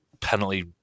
penalty